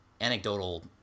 anecdotal